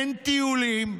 אין טיולים.